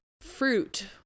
fruit